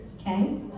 Okay